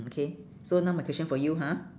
okay so now my question for you ha